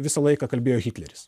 visą laiką kalbėjo hitleris